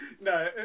No